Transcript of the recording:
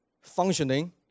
functioning